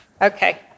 Okay